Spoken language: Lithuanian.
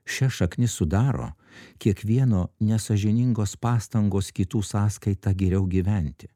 šias šaknis sudaro kiekvieno nesąžiningos pastangos kitų sąskaita geriau gyventi